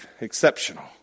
exceptional